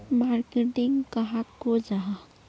Marketing कहाक को जाहा?